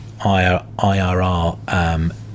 IRR